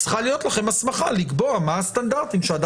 אז צריכה להיות לכם הסמכה לקבוע מה הסטנדרטים כדי